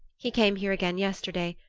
he came here again yesterday,